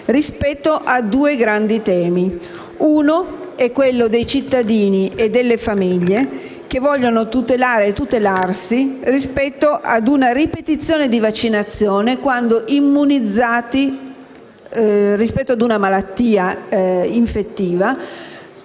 rispetto a due grande temi. Il primo è quello dei cittadini e delle famiglie che vogliono tutelare e tutelarsi rispetto a una ripetizione di vaccinazione, quando immunizzati rispetto a una malattia infettiva,